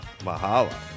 mahalo